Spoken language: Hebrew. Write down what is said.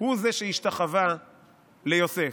הוא זה שהשתחווה ליוסף.